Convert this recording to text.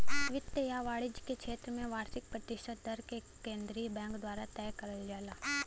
वित्त या वाणिज्य क क्षेत्र में वार्षिक प्रतिशत दर केंद्रीय बैंक द्वारा तय करल जाला